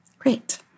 Great